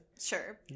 Sure